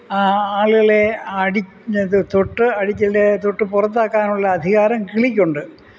ആളുകളെ അടി ഇത് തൊട്ട് അടിച്ചില്ലെങ്കിൽ തൊട്ട് പുറത്താക്കാനുള്ള അധികാരം കിളിക്കുണ്ട്